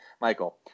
Michael